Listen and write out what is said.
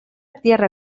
tierra